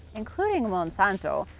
including monsanto,